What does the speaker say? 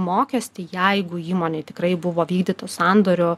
mokestį jeigu įmonėj tikrai buvo vykdytų sandorių